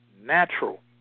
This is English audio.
natural